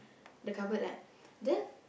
the cupboard right then